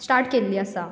केल्ली आसा